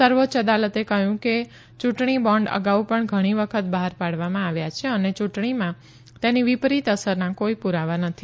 સર્વોચ્ય અદાલતે કહ્યું કે ચૂંટણી બોન્ડ અગાઉ પણ ઘણી વખત બહાર પાડવામાં આવ્યા છે અને યૂંટણીમાં તેની વિપરીત અસરના કોઈ પુરાવા નથી